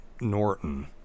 Norton